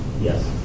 Yes